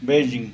Beijing